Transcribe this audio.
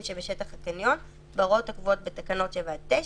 שבשטח הקניון בהוראות הקבועות בתקנות 7 עד 9,